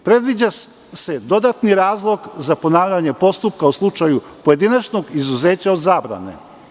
Predviđa se dodatni razlog za ponavljanje postupka u slučaju pojedinačnog izuzeća zabrane.